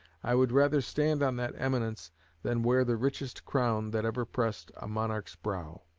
i would rather stand on that eminence than wear the richest crown that ever pressed a monarch's brow.